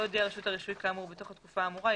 לא הודיעה רשות הרישוי כאמור בתוך התקופה האמורה,